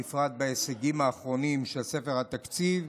ובפרט בהישגים האחרונים של ספר התקציב.